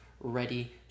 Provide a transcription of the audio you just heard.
ready